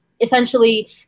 essentially